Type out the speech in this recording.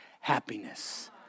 happiness